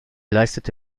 leistete